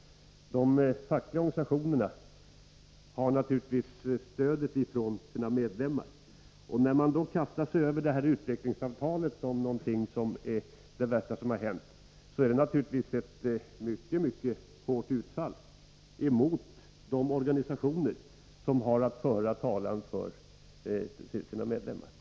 De fackliga organisationerna har naturligtvis stödet från sina medlemmar. När man då kastar sig över det här utvecklingssamtalet som något av det värsta som har hänt, är det naturligtvis ett mycket hårt utfall mot de organisationer som har fått uppgiften att föra talan för sina medlemmar.